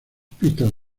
pistas